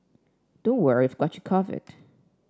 don't worry we've got you covered